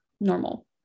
normal